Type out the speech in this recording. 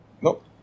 Nope